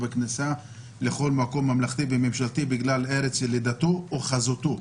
ובכניסה לכל מקום ממלכתי וממשלתי בגלל ארץ לידתו או חזותו,